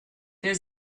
there